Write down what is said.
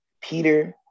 peter